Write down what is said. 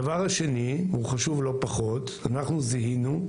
הדבר השני, והוא חשוב לא פחות, אנחנו זיהינו,